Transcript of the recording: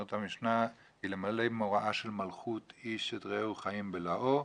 אומרת המשנה: "אלמלא מוראה של מלכות איש את רעהו חיים בלעו",